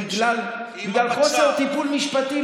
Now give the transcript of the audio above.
בגלל חוסר טיפול משפטי,